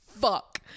fuck